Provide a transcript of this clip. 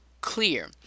clear